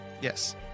Yes